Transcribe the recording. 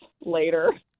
later